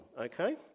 Okay